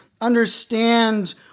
understand